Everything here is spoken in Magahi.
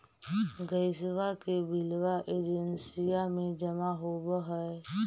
गैसवा के बिलवा एजेंसिया मे जमा होव है?